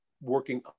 working